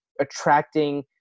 attracting